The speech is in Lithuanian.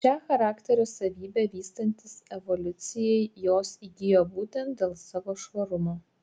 šią charakterio savybę vystantis evoliucijai jos įgijo būtent dėl savo švarumo